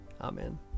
Amen